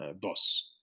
boss